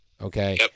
Okay